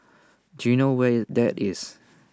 don you know where is that is